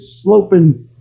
sloping